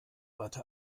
watte